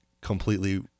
completely